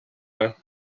her